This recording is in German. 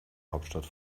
hauptstadt